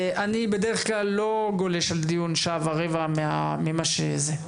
אני בדרך כלל לא גולש על דיון שעה ורבע ממה שזה.